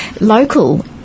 local